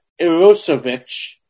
Irosovich